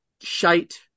shite